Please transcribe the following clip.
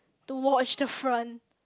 to watch the front